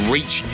Reach